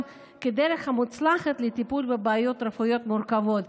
כדרך מוצלחת לטיפול בבעיות רפואיות מורכבות,